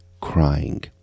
crying